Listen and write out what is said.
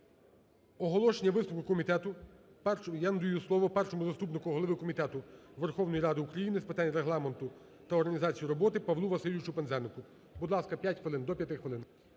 оголошення виступу комітету. Першому, я надаю слово першому заступнику голови комітету Верховної Ради України з питань Регламенту та організації роботи Павлу Васильовичу Пинзенику. Будь ласка, 5 хвилин, до 5 хвилин.